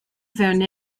vernet